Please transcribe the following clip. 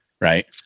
Right